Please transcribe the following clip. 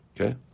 Okay